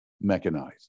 mechanized